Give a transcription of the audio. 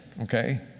Okay